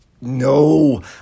No